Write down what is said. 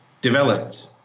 developed